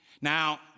Now